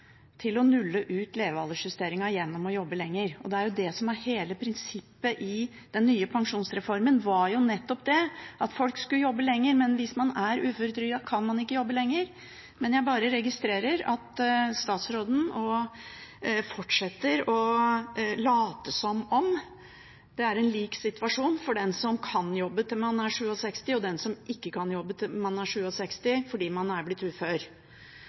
til å nulle ut levealdersjusteringen ved å jobbe lenger. Prinsippet i den nye pensjonsreformen var jo nettopp at folk skulle jobbe lenger. Men hvis man er uføretrygdet, kan man ikke det. Jeg registrerer at statsråden fortsetter å late som om situasjonen er den samme for den som kan jobbe til man er 67 år, og den som ikke kan det fordi man er blitt ufør.